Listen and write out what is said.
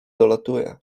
dolatuje